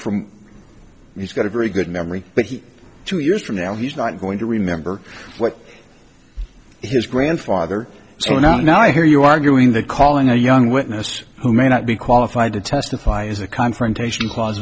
from he's got a very good memory but he's two years from now he's not going to remember what his grandfather so now i hear you arguing that calling a young witness who may not be qualified to testify is a confrontation